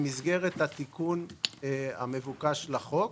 במסגרת התיקון המבוקש לחוק.